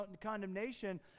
condemnation